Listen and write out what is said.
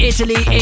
Italy